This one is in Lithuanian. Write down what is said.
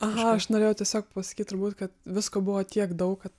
aha aš norėjau tiesiog pasakyt turbūt kad visko buvo tiek daug kad